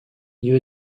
you